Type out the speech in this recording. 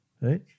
right